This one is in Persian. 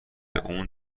اون